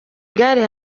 igare